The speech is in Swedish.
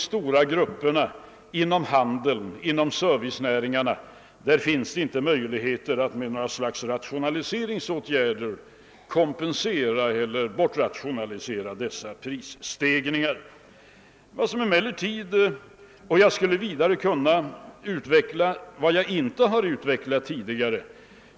Stora grupper av företag inom handeln och övriga servicenäringar har inte några möjligheter att genom rationaliseringsåtgärder kompensera dessa lönehöjningar. Jag skulle vidare vilja tillägga en sak som jag inte har nämnt tidigare.